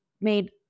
made